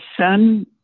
son